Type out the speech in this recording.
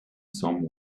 some